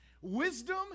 Wisdom